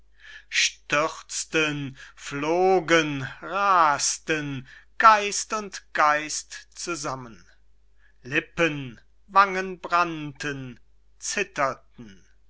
stürzten flogen rasten geist und geist zusammen lippen wangen brannten zitterten